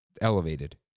elevated